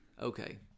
okay